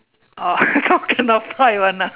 oh how come cannot fly [one] ah